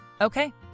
Okay